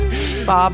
Bob